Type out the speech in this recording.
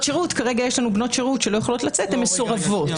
כרגע יש לנו בנות שירות שמסורבות יציאה.